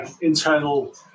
Internal